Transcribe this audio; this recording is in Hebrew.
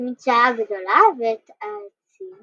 את המדשאה הגדולה ואת העצים